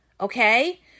Okay